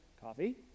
coffee